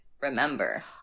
remember